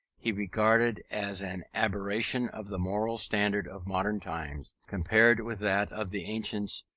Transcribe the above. he regarded as an aberration of the moral standard of modern times, compared with that of the ancients,